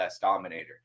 dominator